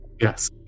Yes